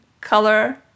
color